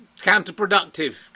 counterproductive